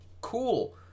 cool